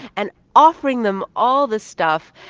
and offering them all this stuff,